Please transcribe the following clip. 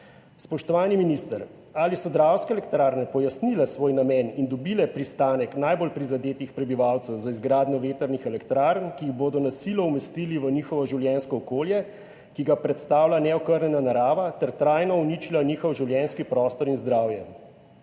Spoštovani minister: Ali so Dravske elektrarne pojasnile svoj namen in dobile privolitev najbolj prizadetih prebivalcev za izgradnjo vetrnih elektrarn, ki jih bodo na silo umestili v njihovo življenjsko okolje, ki ga predstavlja neokrnjena narava, ter bodo trajno uničile njihov življenjski prostor in zdravje?